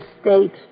state